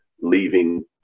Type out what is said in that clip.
leaving